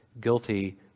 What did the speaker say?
guilty